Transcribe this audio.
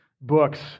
books